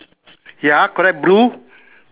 ya correct blue